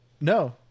No